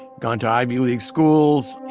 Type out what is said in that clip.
gone to ivy league schools.